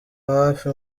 hafi